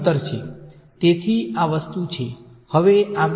તેથી હું લખવા જઈ રહ્યો છું તે લંબાઈનું એલીમેંટ છે જે A ના કયા ઘટક સાથે ફાળો આપશે